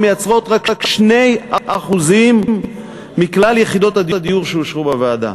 והן מייצרות רק 2% מכלל יחידות הדיור שאושרו בוועדה.